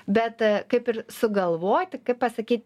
bet kaip ir sugalvoti kaip pasakyt